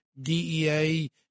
DEA